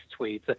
tweets